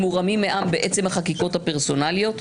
מורמים מעם בעצם החקיקות הפרסונליות,